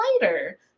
later